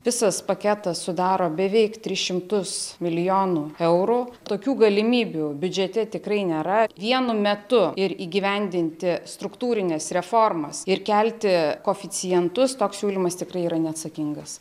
visas paketas sudaro beveik tris šimtus milijonų eurų tokių galimybių biudžete tikrai nėra vienu metu ir įgyvendinti struktūrines reformas ir kelti koeficientus toks siūlymas tikrai yra neatsakingas